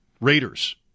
Raiders